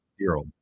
zero